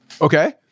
Okay